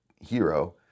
hero